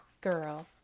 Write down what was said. Girl